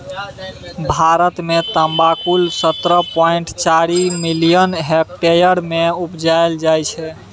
भारत मे तमाकुल शुन्ना पॉइंट चारि मिलियन हेक्टेयर मे उपजाएल जाइ छै